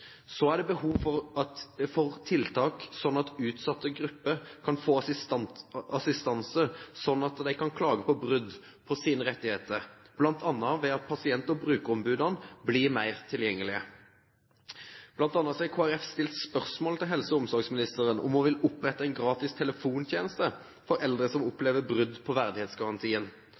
Så er det behov for tiltak slik at utsatte grupper kan få assistanse til å klage på brudd på sine rettigheter, bl.a. ved at pasient- og brukerombudene blir mer tilgjengelige. Kristelig Folkeparti har bl.a. stilt spørsmål til helse- og omsorgsministeren om hun vil opprette en gratis telefontjeneste for eldre som opplever brudd på verdighetsgarantien